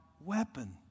weapon